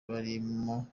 barimo